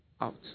out